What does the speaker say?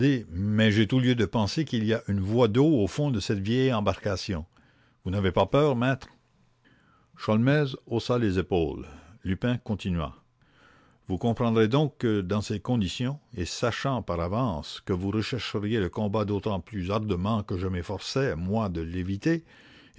mais j'ai tout lieu de penser qu'il y a une voie d'eau au fond de cette vieille embarcation vous n'avez pas peur maître sholmès haussa les épaules lupin continua u ne barque qui prend l'eau vous comprendrez donc que dans ces conditions et sachant par avance que vous rechercheriez le combat d'autant plus ardemment que je m'efforçais moi de l'éviter